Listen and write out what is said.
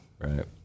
Right